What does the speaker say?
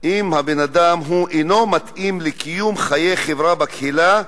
אם הבן-אדם אינו מתאים לקיום חיי חברה בקהילה,